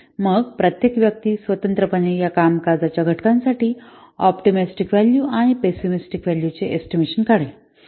मग प्रत्येक व्यक्ती स्वतंत्रपणे या कामकाजाच्या घटकासाठी ऑप्टिमिस्टिक व्हॅल्यू आणि पेसिमेस्टीक व्हॅल्यू चे एस्टिमेशन काढते